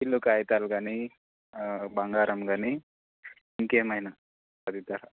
ఇల్లు కాగితాలు కాని బంగారం కాని ఇంకేమైనా పదిత